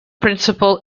principal